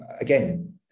again